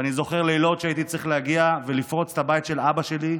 ואני זוכר לילות שהייתי צריך להגיע ולפרוץ את הבית של אבא שלי,